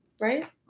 right